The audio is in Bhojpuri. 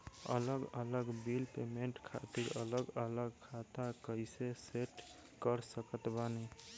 अलग अलग बिल पेमेंट खातिर अलग अलग खाता कइसे सेट कर सकत बानी?